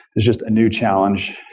was just a new challenge.